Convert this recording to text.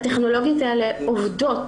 הטכנולוגיות האלה עובדות